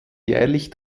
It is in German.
jährlich